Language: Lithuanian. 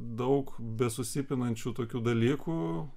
daug besusipinančių tokių dalykų